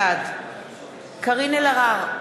בעד קארין אלהרר,